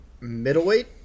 middleweight